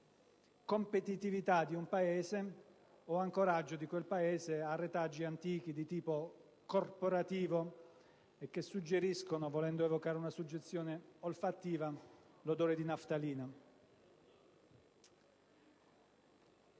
competitività di un Paese o ancoraggio dello stesso a retaggi antichi di tipo corporativo, che suggeriscono - volendo evocare una suggestione olfattiva - l'odore di naftalina.